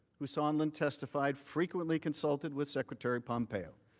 who sondland testified frequently consulted with secretary pompeo.